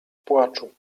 płaczu